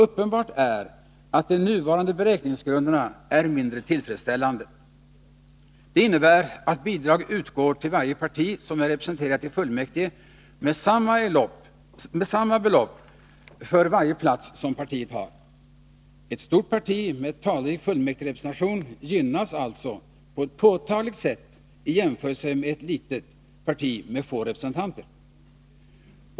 Uppenbart är att de nuvarande beräkningsgrunderna är mindre tillfredsställande. Det innebär att bidrag utgår till varje parti som är representerat i fullmäktige med samma belopp för varje plats som partiet har. Ett stort parti med talrik fullmäktigerepresentation gynnas alltså på ett påtagligt sätt i jämförelse med ett litet parti med få representanter.